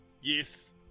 Yes